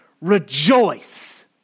rejoice